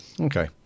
Okay